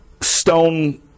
stone